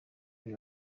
ari